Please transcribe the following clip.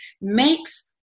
makes